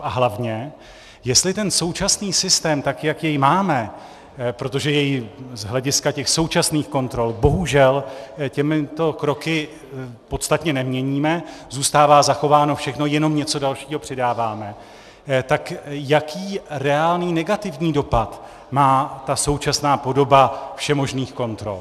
A hlavně, jestli ten současný systém, tak jak jej máme, protože jej z hlediska těch současných kontrol bohužel těmito kroky podstatně neměníme, zůstává zachováno všechno, jenom něco dalšího přidáváme, tak jaký reálný negativní dopad má ta současná podoba všemožných kontrol.